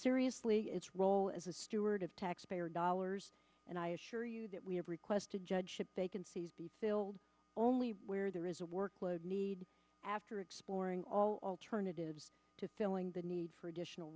seriously its role as a steward of taxpayer dollars and i assure you that we have requested judgeship vacancies be filled only where there is a workload need after exploring all alternatives to filling the need for additional